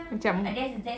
macam